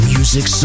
Music